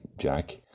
Jack